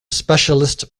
specialist